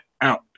out